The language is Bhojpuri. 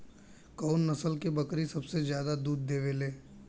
कउन नस्ल के बकरी सबसे ज्यादा दूध देवे लें?